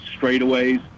straightaways